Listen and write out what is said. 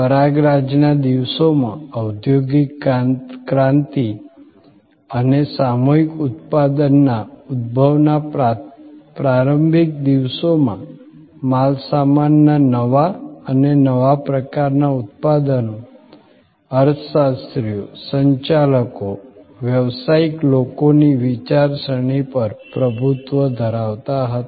પરાગરજના દિવસોમાં ઔદ્યોગિક ક્રાંતિ અને સામૂહિક ઉત્પાદનના ઉદભવના પ્રારંભિક દિવસોમાં માલસામાનના નવા અને નવા પ્રકારના ઉત્પાદનો અર્થશાસ્ત્રીઓસંચાલકોવ્યવસાયિક લોકોની વિચારસરણી પર પ્રભુત્વ ધરાવતા હતા